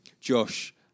Josh